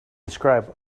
describe